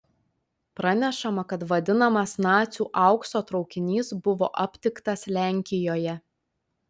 pranešama kad vadinamas nacių aukso traukinys buvo aptiktas lenkijoje